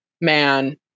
man